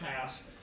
pass